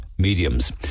Mediums